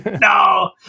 No